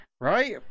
right